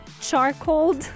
charcoal